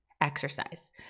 Exercise